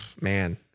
man